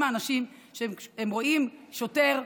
כאשר רבים מהאנשים רואים שוטר,